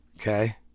Okay